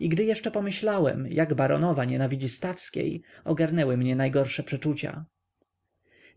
gdy jeszcze pomyślałem jak baronowa nienawidzi pani stawskiej ogarnęły mnie najgorsze przeczucia